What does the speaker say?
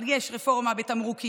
אבל יש רפורמה בתמרוקים,